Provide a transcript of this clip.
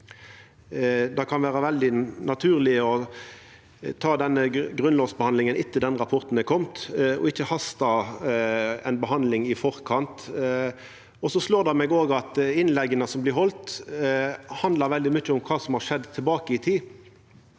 Det kan vera veldig naturleg å ta grunnlovsbehandlinga etter at den rapporten er komen, og ikkje hasta med ei behandling i forkant. Det slår meg òg at innlegga som blir haldne, handlar veldig mykje om kva som har skjedd tilbake i tid.